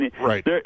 Right